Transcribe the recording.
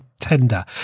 tender